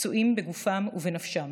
פצועים בגופם ובנפשם.